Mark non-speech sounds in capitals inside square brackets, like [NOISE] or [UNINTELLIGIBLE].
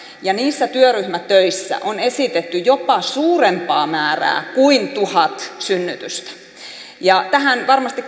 ja niissä työryhmätöissä on esitetty jopa suurempaa määrää kuin tuhat synnytystä varmasti [UNINTELLIGIBLE]